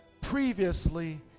previously